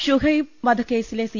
ഷുഹൈബ് വധക്കേസിലെ സി